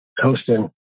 coasting